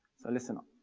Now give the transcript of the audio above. so listen up.